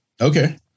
Okay